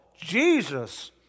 Jesus